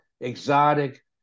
exotic